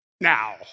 now